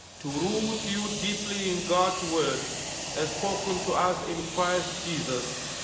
to root to you deeply in god's word as spoken to us in christ jesus,